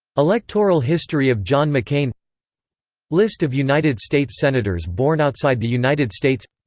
electoral history of john mccain list of united states senators born outside the united states